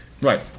Right